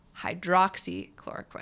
hydroxychloroquine